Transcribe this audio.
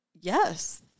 Yes